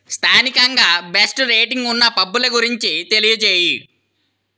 స్థానికంగా best rating ఉన్న పబ్బుల గురించి తెలియజేయి